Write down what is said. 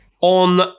on